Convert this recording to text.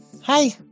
Hi